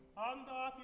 and